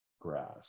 grass